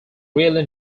really